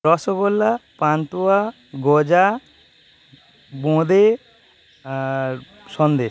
রসোগোল্লা পান্তুয়া গজা বোঁদে আর সন্দেশ